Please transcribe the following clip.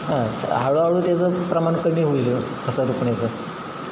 हा स हळूहळू त्याचं प्रमाण कमी होईल घसा दुखण्याचं